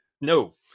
no